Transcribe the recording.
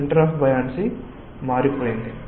centre of buoyancy మారిపోయింది